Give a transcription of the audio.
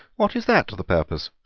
what is that to the purpose?